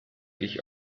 ich